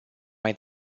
mai